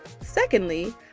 Secondly